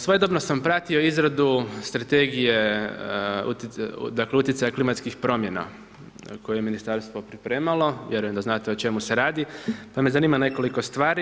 Svojedobno sam pratio izradu strategije, dakle, utjecaja klimatskih promjena, koje je ministarstvo pripremalo, vjerujem da znate o čemu se radi, pa me zanima nekoliko stvari.